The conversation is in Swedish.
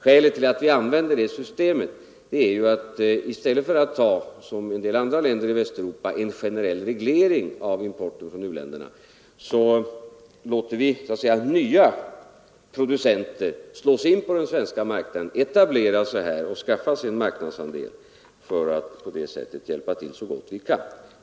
Skälet till att vi använder det systemet är att vi, i stället för att ta en generell reglering av importen från u-länderna — som en del andra länder i Västeuropa gör — låter nya producenter slå sig in på den svenska marknaden, etablera sig här och skaffa en marknadsandel, för att på det sättet hjälpa till så gott vi kan.